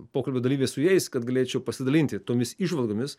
pokalbio dalyvis su jais kad galėčiau pasidalinti tomis įžvalgomis